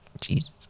Jesus